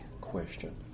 question